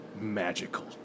magical